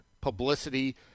publicity